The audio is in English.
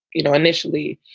you know, initially.